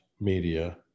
media